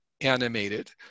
animated